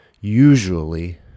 usually